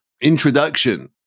introduction